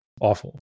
awful